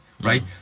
right